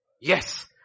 Yes